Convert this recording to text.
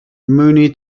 mooney